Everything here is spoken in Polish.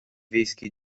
wiejskie